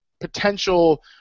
potential